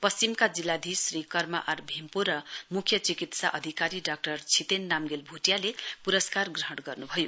पश्चिमका जिल्लाधीश श्री कर्मा आर फेम्पो र मुख्य चिकित्सा अधिकारी डाक्टर छितेन नाम्गेल भूटियाले पुरस्कार ग्रहण गर्नुभयो